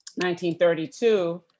1932